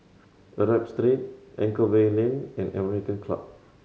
Arab Street Anchorvale Lane and American Club